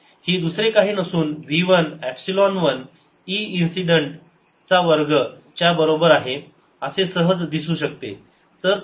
हे दुसरे काही नसून v 1 एपसिलोन 1 e इन्सिडेंट वर्ग च्या बरोबर आहे असे सहज दिसू शकते